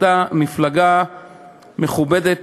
מפלגה מכובדת,